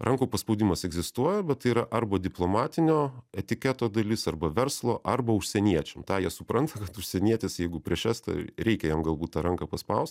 rankų paspaudimas egzistuoja bet tai yra arba diplomatinio etiketo dalis arba verslo arba užsieniečiam tą jie supranta kad užsienietis jeigu prieš estą reikia jam galbūt tą ranką paspaust